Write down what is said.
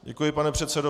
Děkuji, pane předsedo.